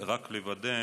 רק לוודא,